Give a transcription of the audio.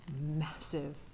massive